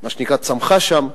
מה שנקרא צמחה שם.